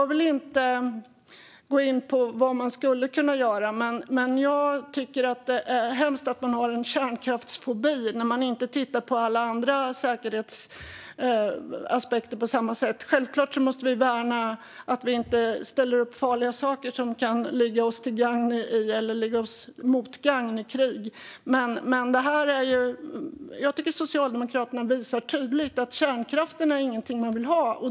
Jag vill inte gå in på vad som skulle kunna göras, men jag tycker att det är hemskt att man har en kärnkraftsfobi och inte tittar på alla andra säkerhetsaspekter på samma sätt. Självklart måste vi se till att inte ställa upp farliga saker som kan vara till "motgagn" för oss i krig, men jag tycker att Socialdemokraterna här tydligt visar att kärnkraften inte är någonting de vill ha.